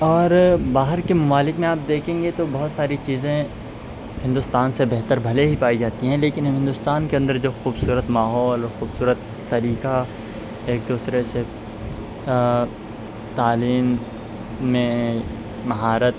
اور باہر کے ممالک میں آپ دیکھیں گے تو بہت ساری چیزیں ہندوستان سے بہتر بھلے ہی پائی جاتی ہیں لیکن ہندوستان کے اندر جو خوبصورت ماحول اور خوبصورت طریقہ ایک دوسرے سے تعلیم میں مہارت